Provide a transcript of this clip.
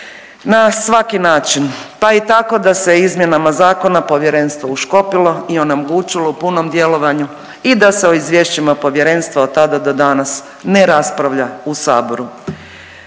na svaki način, pa i tako da se izmjenama zakona povjerenstvo uškopilo i onemogućilo u punom djelovanju i da se o izvješćima povjerenstva od tada do danas ne raspravlja u saboru.